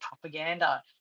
propaganda